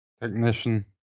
technician